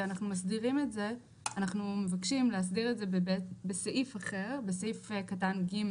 ואנחנו מבקשים להסדיר את זה בסעיף קטן (ג)